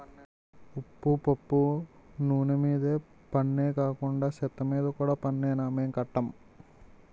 ఉప్పు పప్పు నూన మీద పన్నే కాకండా సెత్తమీద కూడా పన్నేనా మేం కట్టం